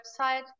website